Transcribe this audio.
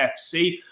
FC